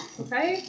okay